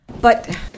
But-